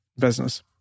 business